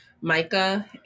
Micah